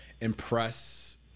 impress